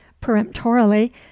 peremptorily